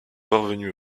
parvenues